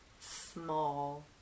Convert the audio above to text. small